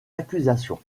accusations